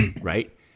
right